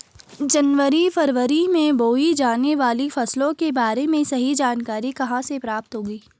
जनवरी फरवरी में बोई जाने वाली फसलों के बारे में सही जानकारी कहाँ से प्राप्त होगी?